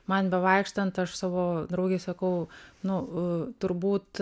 man bevaikštant aš savo draugei sakau nu turbūt